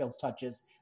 touches